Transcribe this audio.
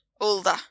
older